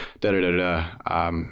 da-da-da-da